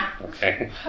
Okay